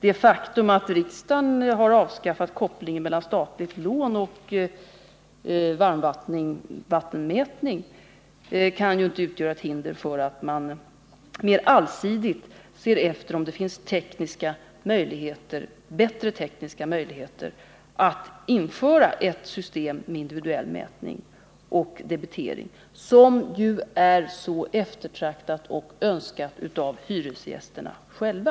Det faktum att riksdagen avskaffat kopplingen mellan statliga lån och varmvattenmätning kan ju inte utgöra ett hinder för att man mer allsidigt ser efter om det finns bättre tekniska möjligheter att införa ett system med individuell mätning och debitering, något som ju är mycket eftertraktat och önskat av hyresgästerna själva.